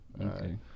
Okay